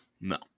No